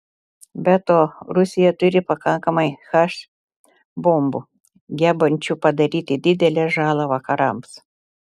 be to rusija turi pakankamai h bombų gebančių padaryti didelę žalą vakarams